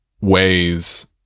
ways